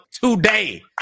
today